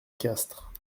castres